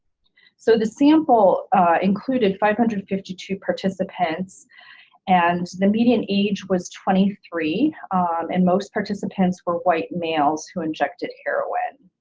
so the sample included five hundred and fifty two participants and the median age was twenty three and most participants were white males who injected heroin.